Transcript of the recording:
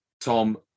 Tom